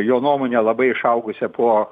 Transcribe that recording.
jo nuomone labai išaugusią po